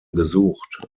gesucht